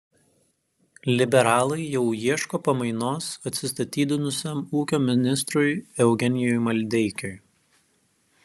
liberalai jau ieško pamainos atsistatydinusiam ūkio ministrui eugenijui maldeikiui